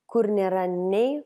kur nėra nei